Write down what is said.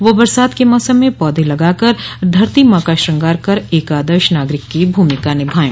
वह बरसात के मौसम में पौधे लगाकर धरती माँ का श्रंगार कर एक आदर्श नागरिक की भूमिका निभाये